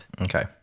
Okay